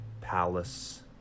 palace